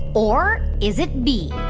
or is it b,